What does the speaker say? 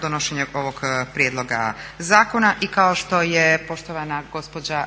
donošenje ovog prijedloga zakona i kao što je poštovana